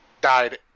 died